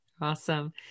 Awesome